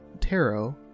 tarot